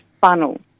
funnel